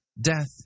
Death